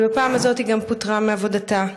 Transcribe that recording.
ובפעם הזאת היא גם פוטרה מעבודתה.